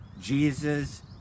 Jesus